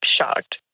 shocked